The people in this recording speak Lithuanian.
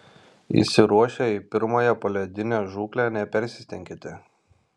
išsiruošę į pirmąją poledinę žūklę nepersistenkite